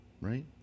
Right